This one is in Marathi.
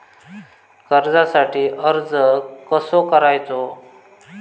कर्जासाठी अर्ज कसो करायचो?